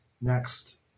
next